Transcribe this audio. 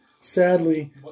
Sadly